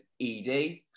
ED